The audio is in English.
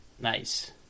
nice